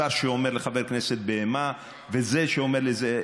שר שאומר לחבר כנסת "בהמה" וזה שאומר לזה "אפס".